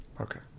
Okay